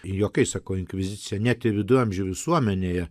juokais sakau inkvizicija net ir viduramžių visuomenėje